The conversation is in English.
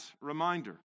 reminder